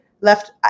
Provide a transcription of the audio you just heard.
left